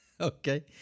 Okay